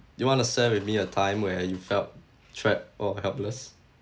do you want to share with me a time where you felt trapped or helpless